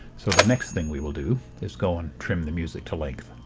so the next thing we will do is go and trim the music to length.